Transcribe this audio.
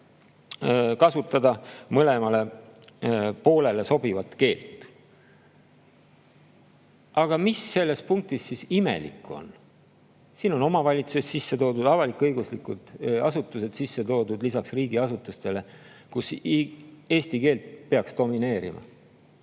kasutada mõlemale poolele sobivat keelt." Aga mis selles punktis siis imelikku on? Siin on omavalitsused sisse toodud, on avalik-õiguslikud asutused sisse toodud lisaks riigiasutustele, kus eesti keel peaks domineerima.